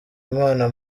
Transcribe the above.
imana